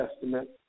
Testament